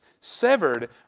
severed